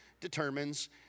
determines